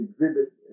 exhibits